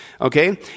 okay